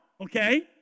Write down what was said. okay